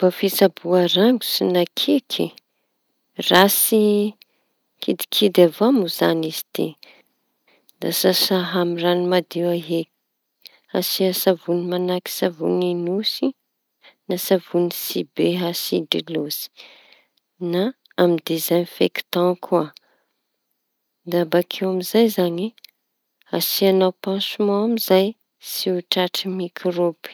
Ny fomba fitsaboa rangotsy na kiaky. Ratsy kidikidy avao moa zañy izy tiky; da sasa amy raño madio eky. Asia savoñy mañahaky savoñy nosy na savoñy tsy beasidry loatsy na amy dezaifekta koa. Da bakeo amizay zañy asiañao pasiman amizay tsy ho tratsy mikraoby.